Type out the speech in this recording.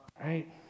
right